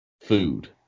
food